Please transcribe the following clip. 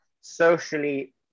socially